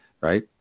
right